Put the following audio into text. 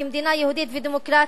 כמדינה יהודית ודמוקרטית,